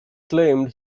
claimed